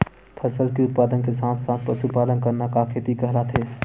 फसल के उत्पादन के साथ साथ पशुपालन करना का खेती कहलाथे?